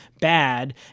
bad